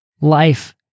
life